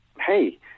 hey